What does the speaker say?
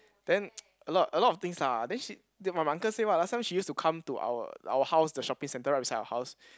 then a lot a lot of things lah then she then my uncle say what ah last time she used to come to our our house the shopping centre right beside our house